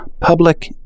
Public